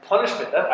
Punishment